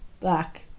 black